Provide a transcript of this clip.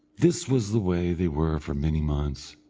this was the way they were for many months,